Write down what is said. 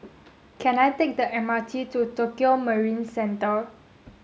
can I take the M R T to Tokio Marine Centre